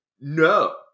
No